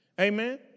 Amen